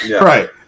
Right